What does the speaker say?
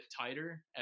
tighter